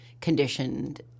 conditioned